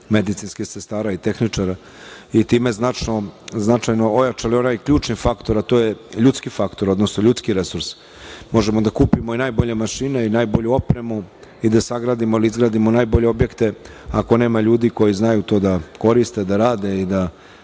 medicinskih sestara i tehničara i time značajno ojačali onaj ključni faktor, a to je ljudski faktor, odnosno ljudski resurs. Možemo da kupimo i najbolje mašine i najbolju opremu i da sagradimo ili izgradimo najbolje objekte, ako nema ljudi koji znaju to da koriste, da rade, da